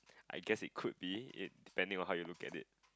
I guess it could be it depending on how you look at it